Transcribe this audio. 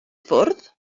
ffwrdd